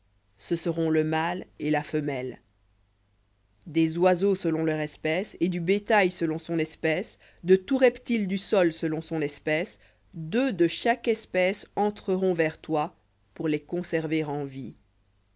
ce seront le mâle et la femelle des oiseaux selon leur espèce et du bétail selon son espèce de tout reptile du sol selon son espèce deux de chaque entreront vers toi pour conserver en vie